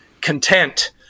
content